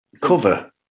cover